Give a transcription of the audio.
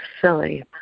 silly